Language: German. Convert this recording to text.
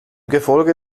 gefolge